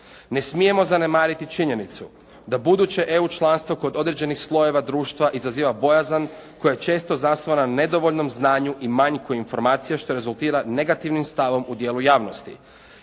Ne smijemo zanemariti činjenicu da buduće EU članstvo kod određenih slojeva društva izaziva bojazan koja je često zasnovana na nedovoljnom znanju i manjku informacija što rezultira negativnim stavom u dijelu javnosti.